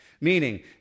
meaning